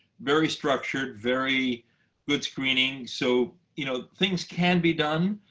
very structured, very good screening. so you know things can be done.